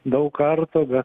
daug kartų bet